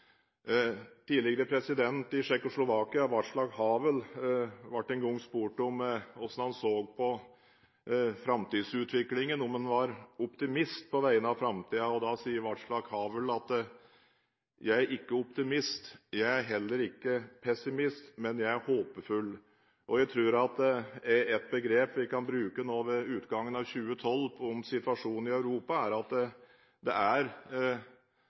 Tidligere president i Tsjekkoslovakia, Václav Havel, ble en gang spurt om hvordan han så på framtidsutviklingen, om han var optimist på vegne av framtiden, og da sa Václav Havel: «Jeg er ikke optimist, jeg er heller ikke pessimist, men jeg er håpefull». Jeg tror at et begrep vi kan bruke om situasjonen i Europa nå ved utgangen av 2012, er «håpefull». Det har skjedd ting mot slutten av året som kan bidra til at